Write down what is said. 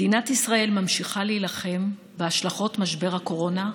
מדינת ישראל ממשיכה להילחם בהשלכות משבר הקורונה,